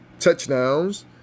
Touchdowns